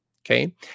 Okay